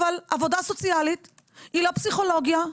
אבל עבודה סוציאלית היא לא פסיכולוגיה,